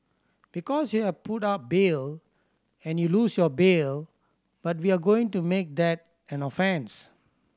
because you have put up bail and you lose your bail but we are going to make that an offence